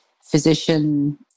physician